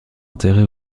enterrées